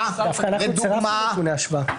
דווקא אנחנו צירפנו נתוני השוואה.